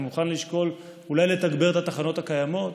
אני מוכן לשקול אולי לתגבר את התחנות הקיימות,